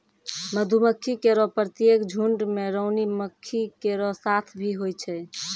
मधुमक्खी केरो प्रत्येक झुंड में रानी मक्खी केरो साथ भी होय छै